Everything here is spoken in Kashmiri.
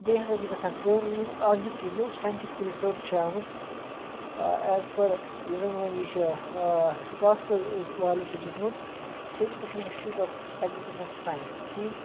بیٚیہِ ہَسا چھِ گژھان کأم یُس زَن اَزیُک یہِ نٔو ساینٹِفِک رِسٲرٕچ چھِ آمُت ایز پٔر یُس وۄنۍ یہِ چھِ سٕکاسٹہٕ والیو تہِ دیُتمُت Sher-e Kashmir institute of agriculture science ٹھیٖک